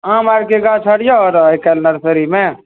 आम आरके गाछ होअ नर्सरीमे